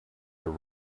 her